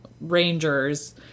rangers